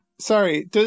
Sorry